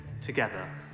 together